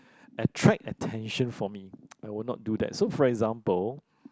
attract attention for me I would not do that so for example